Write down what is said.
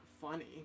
funny